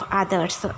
others